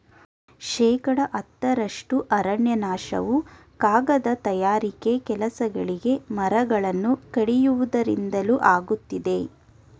ಶೇಕಡ ಹತ್ತರಷ್ಟು ಅರಣ್ಯನಾಶವು ಕಾಗದ ತಯಾರಿಕೆ ಕೆಲಸಗಳಿಗೆ ಮರಗಳನ್ನು ಕಡಿಯುವುದರಿಂದಲೇ ಆಗುತ್ತಿದೆ